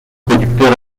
producteurs